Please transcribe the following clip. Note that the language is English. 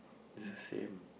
it's the same